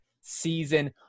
season